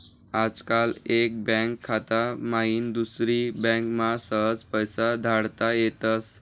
आजकाल एक बँक खाता माईन दुसरी बँकमा सहज पैसा धाडता येतस